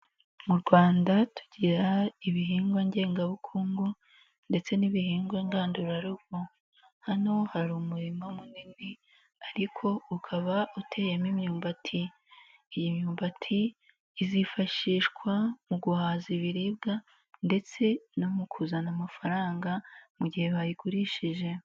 Mu Rwanda tugira ibihingwa ngengabukungu ndetse n'ibihingwa ngandurarugo, hano hari umurima munini ariko ukaba uteyemo imyumbati, iyi myumbati izifashishwa mu guhaza ibiribwa ndetse no mu kuzana amafaranga mu gihe bayigurishije.